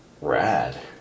rad